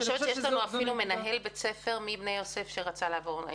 יש לנו אפילו מנהל בית ספר מבני יוסף שרצה לעבור.